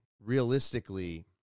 realistically